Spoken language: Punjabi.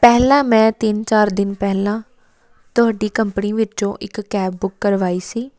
ਪਹਿਲਾ ਮੈਂ ਤਿੰਨ ਚਾਰ ਦਿਨ ਪਹਿਲਾਂ ਤੁਹਾਡੀ ਕੰਪਨੀ ਵਿੱਚੋਂ ਇੱਕ ਕੈਬ ਬੁੱਕ ਕਰਵਾਈ ਸੀ